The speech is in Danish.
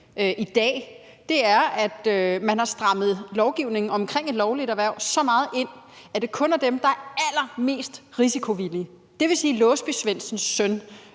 i dag, er, at man har strammet lovgivningen omkring et lovligt erhverv så meget ind, at der kun er dem, der er allermest risikovillige – dvs. Låsby-Svendsens søn